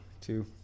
two